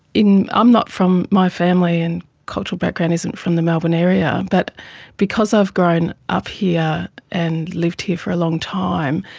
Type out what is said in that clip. i'm not from, my family and cultural background isn't from the melbourne area, but because i've grown up here and lived here for a long time,